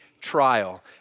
trial